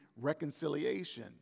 reconciliation